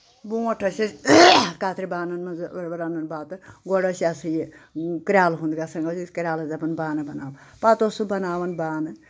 برونٛٹھ ٲسۍ أسۍ کَترِ بانَن منٛز رَنُن بَتہٕ گۄڈٕ ٲسۍ یہِ سا یہِ کریلہٕ ہُند گژھن ٲس أسۍ کریلس دَپان بانہٕ بَناو پَتہٕ اوس سُہ بَناوَان بانہٕ